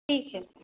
ठीक है